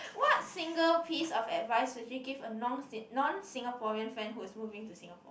what single piece of advice would you give a non non Singaporean friend who is moving to Singapore